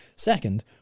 Second